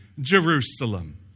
Jerusalem